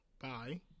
bye